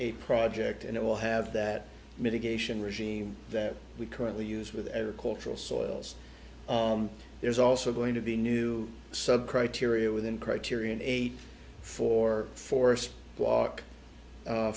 a project and it will have that mitigation regime that we currently use with ever cultural soils there's also going to be new sub criteria within criterion eight for forest walk